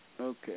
Okay